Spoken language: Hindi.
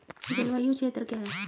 जलवायु क्षेत्र क्या है?